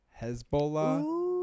Hezbollah